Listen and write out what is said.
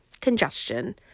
congestion